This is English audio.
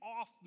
off